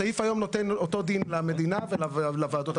הסעיף היום נותן אותו דין למדינה ולוועדות המקומיות.